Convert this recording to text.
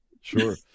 sure